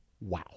Wow